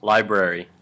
Library